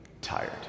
tired